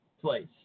place